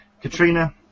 Katrina